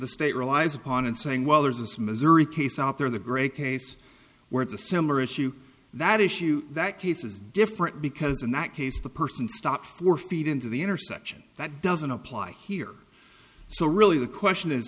the state relies upon and saying well there's this missouri case out there the gray case where it's a similar issue that issue that case is different because in that case the person stopped four feet into the intersection that doesn't apply here so really the question is